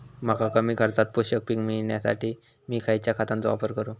मका कमी खर्चात पोषक पीक मिळण्यासाठी मी खैयच्या खतांचो वापर करू?